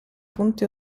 punti